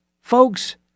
Folks